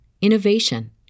innovation